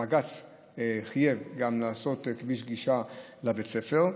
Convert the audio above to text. בג"ץ חייב גם לעשות כביש גישה לבית הספר,